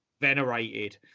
venerated